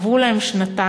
עברו להן שנתיים,